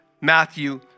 Matthew